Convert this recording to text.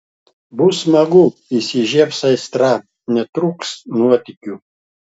bus smagu įsižiebs aistra netrūks nuotykių